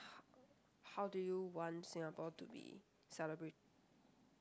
how do you want Singapore to be celebrate